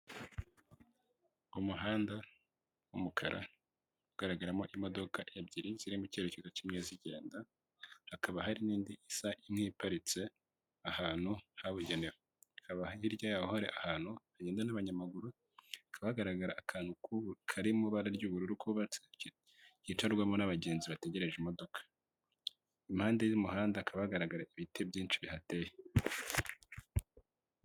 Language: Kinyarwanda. Umuhanda, w'umukara, ugaragaramo imodoka ebyiri zirimo icyerekezo kimwe zigenda, hakaba hari nindi isa n'iparitse ahantu habugenewe, hakaba hirya y'aho hari ahantu hagenda n'abanyamaguru, hakaba hagaragara akantu kubu karirimo ibara ry'ubururu koba yicarwamo n'abagenzi bategereje imodoka, impande y'umuhanda hakaba hagaraga ibiti byinshi bihateye.